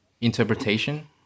interpretation